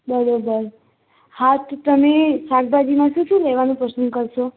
બરોબર હા તો તમે શાકભાજીમાં શું શું લેવાનું પસંદ કરશો